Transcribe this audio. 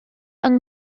yng